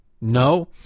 no